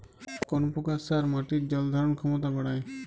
কোন প্রকার সার মাটির জল ধারণ ক্ষমতা বাড়ায়?